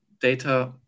data